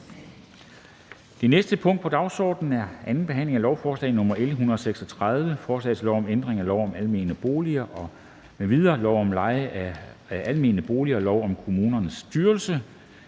Det næste punkt på dagsordenen er: 27) 2. behandling af lovforslag nr. L 136: Forslag til lov om ændring af lov om almene boliger m.v., lov om leje af almene boliger og lov om kommunernes styrelse.